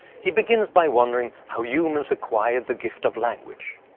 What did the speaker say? he begins by wondering how humans acquired the gift of language.